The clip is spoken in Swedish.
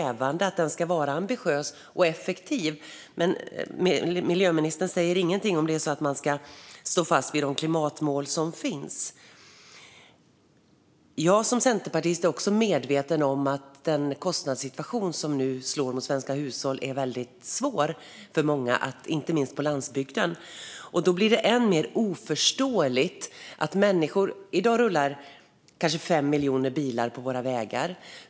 Vi får höra att klimatpolitiken ska vara ambitiös och effektiv, men miljöministern säger ingenting om huruvida man ska stå fast vid de klimatmål som finns. Jag som centerpartist är medveten om att den kostnadssituation som nu slår mot svenska hushåll är väldigt svår för många, inte minst på landsbygden. Då blir det här än mer oförståeligt. I dag rullar kanske 5 miljoner bilar på våra vägar.